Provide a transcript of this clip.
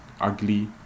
ugly